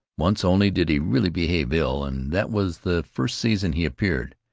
once only did he really behave ill, and that was the first season he appeared,